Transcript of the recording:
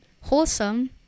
Wholesome